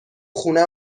خونه